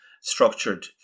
structured